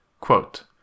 Quote